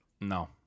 No